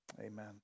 Amen